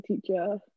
teacher